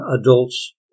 adults